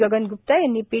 गगन ग्प्ता यांनी पी